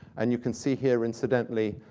and you can see here, incidentally,